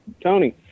Tony